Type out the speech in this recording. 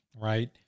right